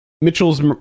Mitchell's